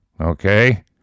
okay